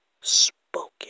spoken